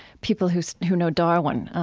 people who who know darwin, ah,